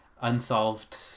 unsolved